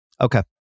Okay